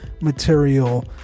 material